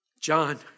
John